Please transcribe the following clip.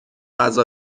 غذا